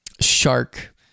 shark